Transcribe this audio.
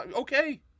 okay